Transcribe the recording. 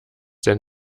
sehr